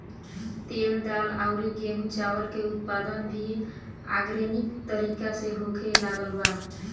तेल, दाल अउरी गेंहू चावल के उत्पादन भी आर्गेनिक तरीका से होखे लागल बा